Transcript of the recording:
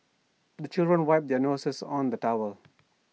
the children wipe their noses on the towel